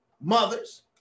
mothers